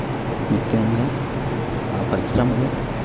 ముఖ్యంగా ఆ పరిశ్రమలో